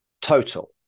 total